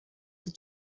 the